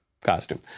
costume